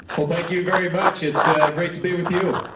well, thank you very much, it's ah great to be with you.